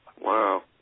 Wow